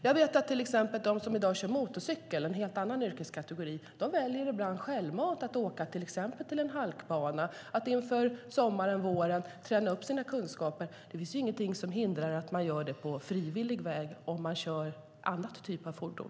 Jag vet att till exempel de som i dag kör motorcykel - en helt annan yrkeskategori - ibland självmant väljer att till exempel åka till en halkbana, att inför våren och sommaren träna upp sina kunskaper. Det finns ingenting som hindrar att man gör det på frivillig väg om man kör en annan typ av fordon.